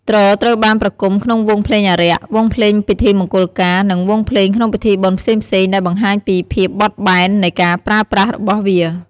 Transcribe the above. ទ្រត្រូវបានប្រគំក្នុងវង់ភ្លេងអារ័ក្ស វង់ភ្លេងពិធីមង្គលការ និងវង់ភ្លេងក្នុងពិធីបុណ្យផ្សេងៗដែលបង្ហាញពីភាពបត់បែននៃការប្រើប្រាស់របស់វា។